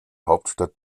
hauptstadt